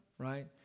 Right